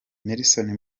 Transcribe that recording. nelson